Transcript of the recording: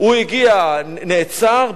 הוא נעצר,